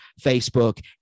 Facebook